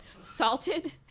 salted